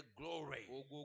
glory